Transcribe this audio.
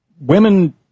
women